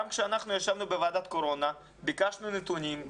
גם כשאנחנו ישבנו בוועדת קורונה, ביקשנו נתונים.